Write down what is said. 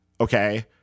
okay